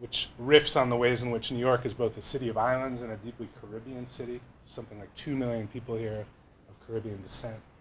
which riffs on the ways in which new york is both the city of islands and a deeply caribbean city. something like two million people here of caribbean descent.